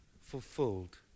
fulfilled